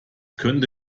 könnte